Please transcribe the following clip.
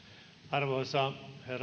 arvoisa herra